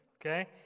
Okay